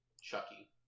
Chucky